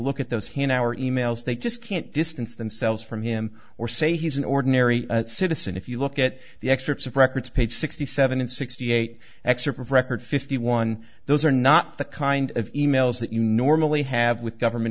look at those hanauer emails they just can't distance themselves from him or say he's an ordinary citizen if you look at the excerpts of records page sixty seven sixty eight excerpt of record fifty one those are not the kind of emails that you normally have with government